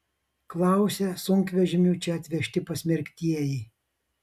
klausia sunkvežimiu čia atvežti pasmerktieji